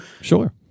sure